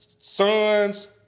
son's